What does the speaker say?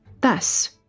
Thus